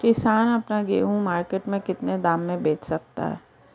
किसान अपना गेहूँ मार्केट में कितने दाम में बेच सकता है?